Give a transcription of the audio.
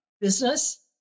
business